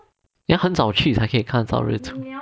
要很早去才可以看日出